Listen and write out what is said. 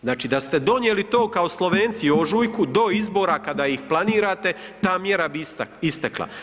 Znači, da ste donijeli to kao Slovenci u ožujku do izbora kada ih planirate, ta mjera bi istekla.